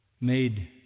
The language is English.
made